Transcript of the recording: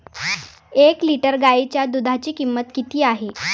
एक लिटर गाईच्या दुधाची किंमत किती आहे?